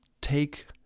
take